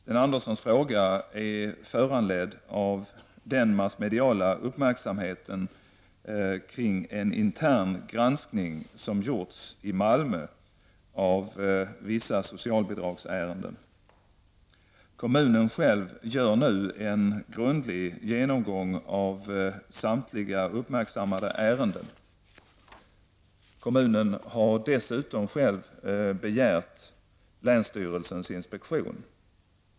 Sten Anderssons fråga är föranledd av den massmediala uppmärksamheten kring en intern granskning som gjorts i Malmö av vissa socialbidragsärenden. Kommunen själv gör nu en grundlig genomgång av samtliga uppmärksammade ärenden. Kommunen har dessutom själv begärt länsstyrelsens inspektion.